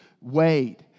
wait